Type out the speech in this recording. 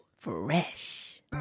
fresh